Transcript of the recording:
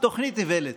תוכנית איוולת.